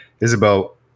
Isabel